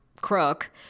crook